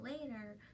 later